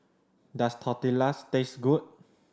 does Tortillas taste good